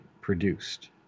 produced